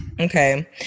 Okay